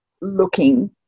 looking